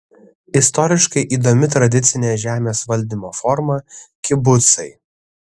istoriškai įdomi tradicinė žemės valdymo forma kibucai